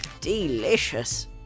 Delicious